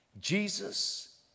Jesus